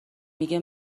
میگه